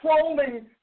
Trolling